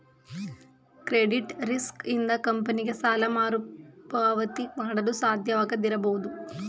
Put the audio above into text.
credit risk ಇಂದ ಕಂಪನಿಗೆ ಸಾಲ ಮರುಪಾವತಿ ಮಾಡಲು ಸಾಧ್ಯವಾಗದಿರಬಹುದು